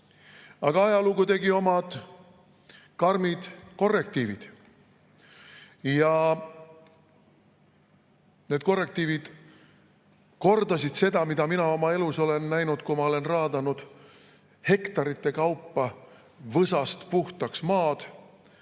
Aga ajalugu tegi omad karmid korrektiivid. Need korrektiivid kordasid seda, mida mina oma elus olen näinud, kui ma olen raadanud hektarite kaupa maad võsast puhtaks ja